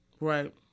Right